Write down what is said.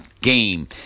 game